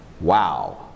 Wow